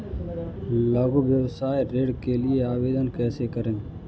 लघु व्यवसाय ऋण के लिए आवेदन कैसे करें?